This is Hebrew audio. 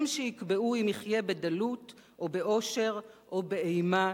הם שיקבעו אם יחיה בדלות או בעושר או באימה